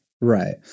Right